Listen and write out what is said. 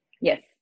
Yes